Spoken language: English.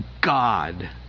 God